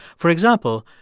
for example,